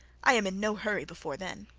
i am in no hurry before then.